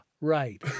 right